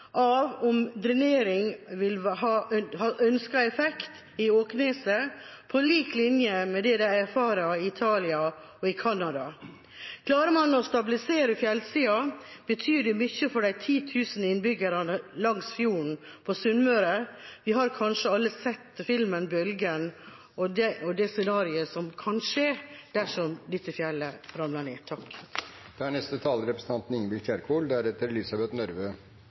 av om drenering vil ha ønsket effekt i Åkneset, på lik linje med det de erfarer i Italia og i Canada. Klarer man å stabilisere fjellsiden, betyr det mye for de 10 000 innbyggerne langs fjorden på Sunnmøre. Vi har kanskje alle sett filmen «Bølgen» og det scenarioet som kan skje dersom dette fjellet ramler